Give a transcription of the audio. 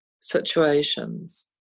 situations